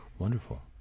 Wonderful